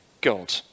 God